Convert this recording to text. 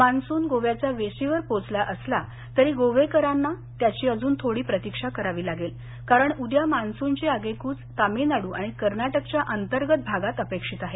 monsoon गोव्याच्या वेशीवर पोहोचला असला तरी गोवेकरांना त्याची अजून थोडी प्रतिक्षा करावी लागेल कारण उद्या मान्सूनची आगेकूच तमिळनाडू आणि कर्नाटकच्या अंतर्गत भागात अपेक्षित आहे